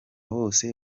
bose